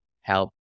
help